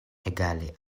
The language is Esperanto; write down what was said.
egale